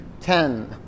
ten